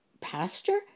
Pastor